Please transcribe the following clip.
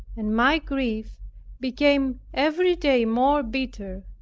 and my grief became every day more bitter.